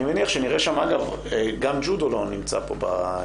אני מניח, שנראה שם - אגב, גם ג'ודו לא נמצא פה.